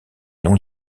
non